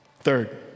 Third